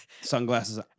Sunglasses